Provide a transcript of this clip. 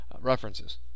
references